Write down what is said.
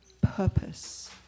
purpose